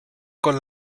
con